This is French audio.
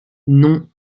non